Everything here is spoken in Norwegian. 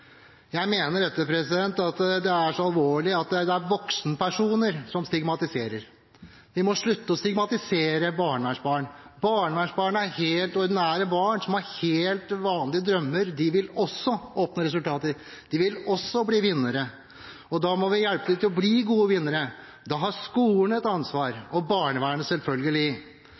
jeg det er interessant å se det i perspektiv med andre saker, bl.a. mobbing i skolen og mobbing av barn. Det som er så alvorlig, er at det er voksenpersoner som stigmatiserer. Vi må slutte å stigmatisere barnevernsbarn. Barnevernsbarn er helt ordinære barn, som har helt vanlige drømmer. De vil også oppnå resultater, de vil også bli vinnere. Og da må vi hjelpe dem til å bli vinnere. Da